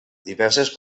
diverses